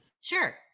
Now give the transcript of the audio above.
Sure